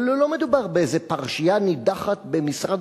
הלוא לא מדובר באיזו פרשייה נידחת במשרד